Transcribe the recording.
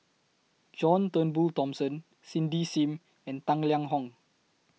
John Turnbull Thomson Cindy SIM and Tang Liang Hong